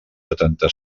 setanta